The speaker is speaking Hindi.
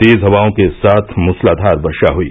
तेज हवाओं के साथ मूसलाघार वर्षा हुई